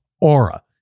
Aura